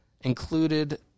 included